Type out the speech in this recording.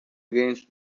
against